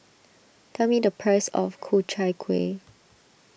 tell me the price of Ku Chai Kuih